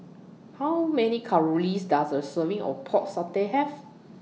How Many Calories Does A Serving of Pork Satay Have